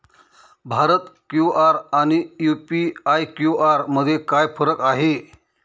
Bharat QR आणि UPI QR मध्ये काय फरक आहे?